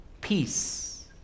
peace